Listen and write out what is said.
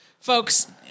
folks